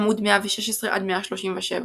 עמ' 116–137